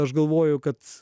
aš galvoju kad